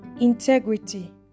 Integrity